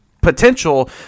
potential